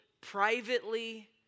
privately